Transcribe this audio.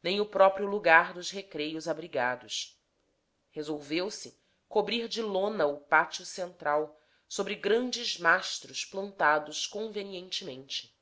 nem o próprio lagar dos recreios abrigados resolveu-se cobrir de lona o pátio central sobre grandes mastros plantados convenientemente